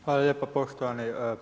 Hvala lijepa poštovani.